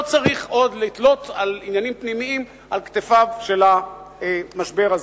לא צריך עוד לתלות עניינים פנימיים על כתפיו של המשבר הזה.